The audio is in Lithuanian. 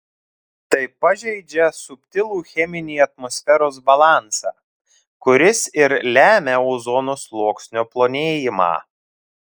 tai pažeidžia subtilų cheminį atmosferos balansą kuris ir lemia ozono sluoksnio plonėjimą